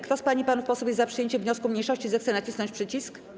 Kto z pań i panów posłów jest za przyjęciem wniosku mniejszości, zechce nacisnąć przycisk.